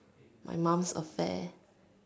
my mum's affair